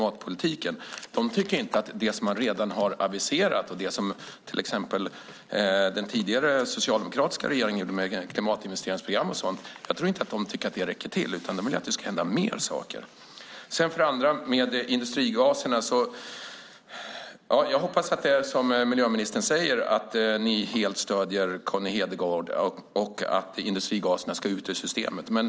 Jag tror inte att de tycker att det som man redan har aviserat och det som till exempel den tidigare socialdemokratiska regeringen gjorde med klimatinvesteringsprogram och så vidare räcker. De vill att det ska hända mer saker. Jag hoppas att det som miljöministern säger om att ni helt stöder Connie Hedegaard och att industrigaserna ska ut ur systemet stämmer.